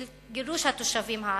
של גירוש התושבים הערבים,